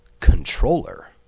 Controller